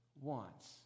wants